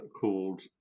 called